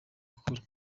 gukora